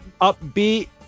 upbeat